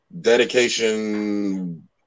Dedication